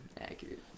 accurate